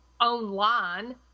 online